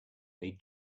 they